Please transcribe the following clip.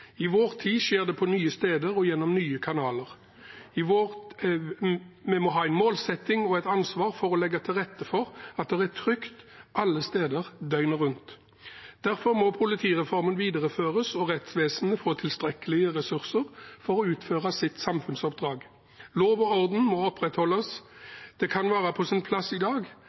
I vår tid skjer det på nye steder og gjennom nye kanaler. Vi må ha en målsetting om og et ansvar for å legge til rette for at det er trygt alle steder døgnet rundt. Derfor må politireformen videreføres og rettsvesenet få tilstrekkelige ressurser for å utføre sitt samfunnsoppdrag. Lov og orden må opprettholdes. Det kan være på sin plass i dag